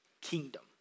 kingdom